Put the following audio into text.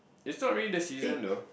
it's not really the season though